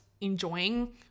enjoying